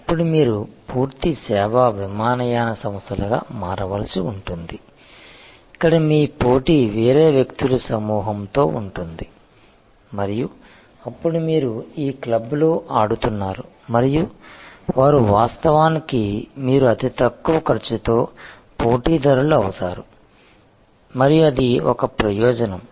అప్పుడు మీరు పూర్తి సేవా విమానయాన సంస్థలుగా మారవలసి ఉంటుంది ఇక్కడ మీ పోటీ వేరే వ్యక్తుల సమూహంతో ఉంటుంది మరియు అప్పుడు మీరు ఈ క్లబ్లో ఆడుతున్నారు మరియు వారు వాస్తవానికి మీరు అతి తక్కువ ఖర్చుతో పోటీదారులు అవుతారు మరియు అది ఒక ప్రయోజనం